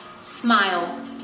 Smile